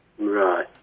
Right